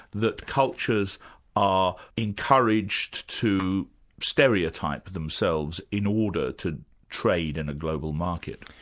that cultures are encouraged to stereotype themselves in order to trade in a global market.